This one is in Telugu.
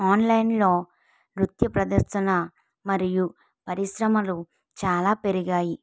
ఆన్లైన్లో నృత్య ప్రదర్శన మరియు పరిశ్రమలు చాలా పెరిగాయి